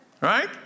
Right